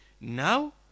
Now